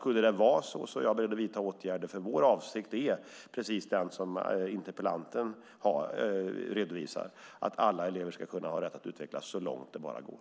Skulle det vara så är jag beredd att vidta åtgärder, för vår avsikt är precis den som interpellanten redovisar: att alla elever ska kunna ha rätt att utvecklas så långt det bara går.